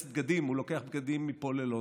אבל בשביל לכבס בגדים הוא לוקח בגדים מפה ללונדון.